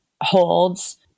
holds